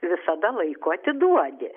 visada laiku atiduodi